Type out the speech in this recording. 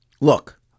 look